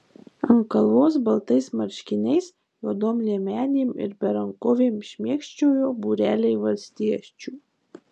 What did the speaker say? ant kalvos baltais marškiniais juodom liemenėm ir berankovėm šmėkščiojo būreliai valstiečių